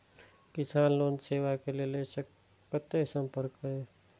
किसान लोन लेवा के लेल कते संपर्क करें?